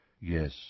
Yes